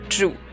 True